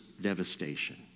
devastation